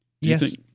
Yes